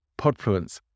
Podfluence